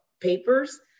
papers